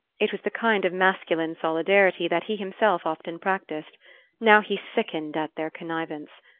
it was the kind of masculine solidarity that he himself often practised now he sickened at their connivance.